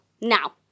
Now